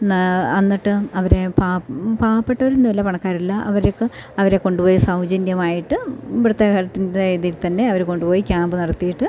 നാ എന്നിട്ട് അവരെ പാവപ്പെട്ട പണക്കാരല്ല അവർക്ക് അവരെ കൊണ്ടു പോയി സൗജന്യമായിട്ട് ഇവിടുത്തെ ഹെൽത്തിൻ്റെ ഇതിൽ തന്നെ അവരെ കൊണ്ടു പോയി ക്യാമ്പ് നടത്തിയിട്ട്